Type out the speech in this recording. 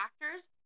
factors